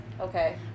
Okay